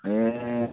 ए